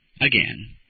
Again